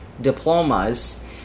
diplomas